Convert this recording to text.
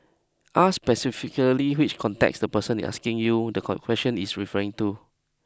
ask specifically which context the person is asking you the con question is referring to